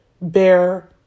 bear